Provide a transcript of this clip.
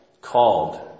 called